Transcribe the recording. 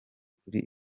kuri